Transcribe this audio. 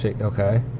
okay